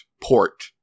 port